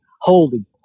holding